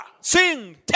sing